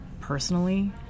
personally